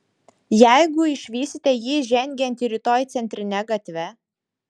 jeigu išvysite jį žengiantį rytoj centrine gatve